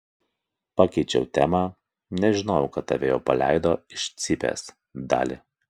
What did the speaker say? pakeičiau temą nežinojau kad tave jau paleido iš cypės dali